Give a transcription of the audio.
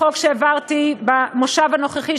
החוק שהעברתי במושב הנוכחי,